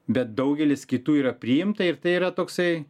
bet daugelis kitų yra priimta ir tai yra toksai